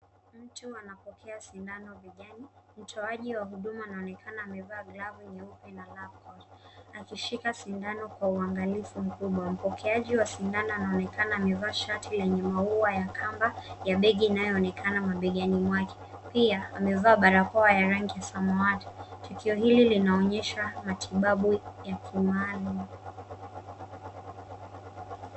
Mtu anapokea sindano begani, mtoaji wa huduma anaonekana amevaa glovu nyeupe na labcoat , akishika sindano kwa uangalifu mkubwa. Mpokeaji wa sindano anaonekana amevaa shati lenye maua ya kamba ya begi inayoonekana mabegani mwake. Pia amevaa barakoa ya rangi ya samawati. Tukio hili linaonyesha matibabu ya kimaalum.